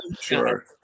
Sure